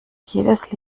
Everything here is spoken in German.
jedes